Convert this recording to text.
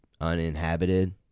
uninhabited